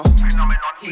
phenomenon